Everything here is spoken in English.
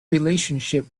relationship